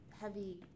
heavy